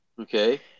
okay